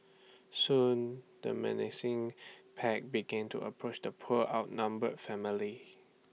soon the menacing pack begin to approach the poor outnumbered family